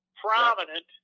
prominent